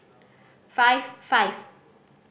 five five